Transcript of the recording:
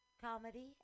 Comedy